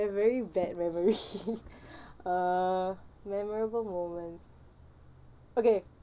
a very bad memory uh memorable moments okay